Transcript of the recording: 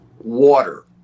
water